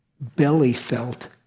belly-felt